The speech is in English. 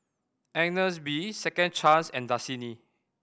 Agnes B Second Chance and Dasani